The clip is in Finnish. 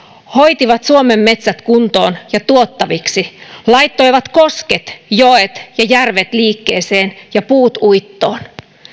hoitivat suomen metsät kuntoon ja tuottaviksi laittoivat kosket joet ja järvet liikkeeseen ja puut uittoon